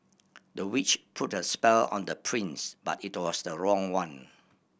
the witch put a spell on the prince but it was the wrong one